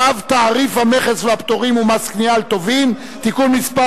אני קובע שצו תעריף המכס והפטורים ומס קנייה על טובין (תיקון מס'